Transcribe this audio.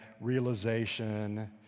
realization